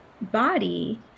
body